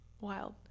Wild